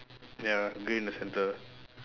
ya grey in the centre